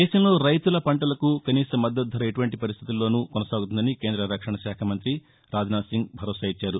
దేశంలో రైతుల పంటలకు కనీస మద్దతు ధర ఎటువంటి పరిస్టితుల్లోనూ కొనసాగుతుందని కేంద్ర రక్షణ శాఖ మంత్రి రాజ్నాథ్ సింగ్ భరోసా ఇచ్చారు